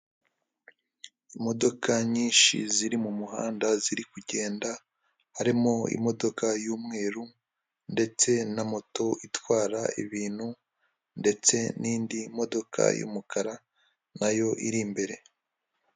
Imodoka nyinshi ziri mu muhanda ziri kugenda, harimo imodoka y'umweru ndetse na moto itwara ibintu ndetse n'indi modoka y'umukara nayo iri imbere.